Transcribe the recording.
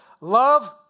Love